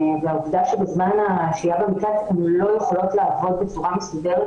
בזמן השהות במקלט הן לא יכולות לעבוד בצורה מסודרת,